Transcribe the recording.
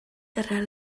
darrere